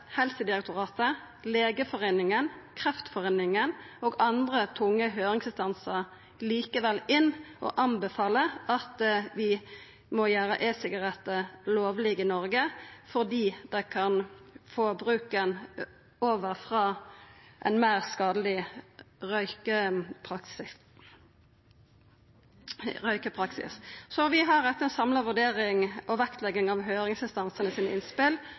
Helsedirektoratet, Legeforeningen, Kreftforeningen og andre tunge høyringsinstansar likevel inn og anbefaler at vi må gjera e-sigarettar lovlege i Noreg fordi det kan få bruken over frå ein meir skadeleg røykepraksis. Så vi har etter ei samla vurdering og vektlegging av innspela frå høyringsinstansane